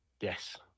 yes